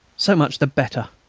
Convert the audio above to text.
so much the better!